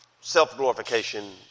Self-glorification